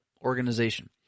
organization